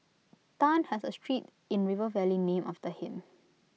Tan has A street in river valley named after him